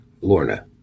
Lorna